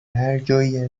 هرجایی